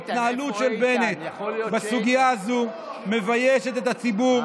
ההתנהלות של בנט בסוגיה הזו מביישת את הציבור,